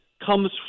comes